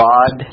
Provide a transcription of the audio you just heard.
God